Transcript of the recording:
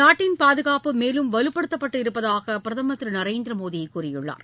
நாட்டின் பாதுகாப்பு மேலும் வலுப்படுத்தப்பட்டு இருப்பதாக பிரதமர் திரு நரேந்திர மோடி கூறியுள்ளார்